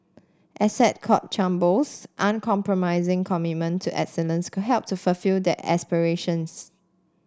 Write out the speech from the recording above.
Essex Court Chambers uncompromising commitment to excellence could help to fulfil that aspiration